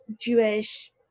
Jewish